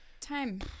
time